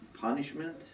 punishment